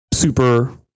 Super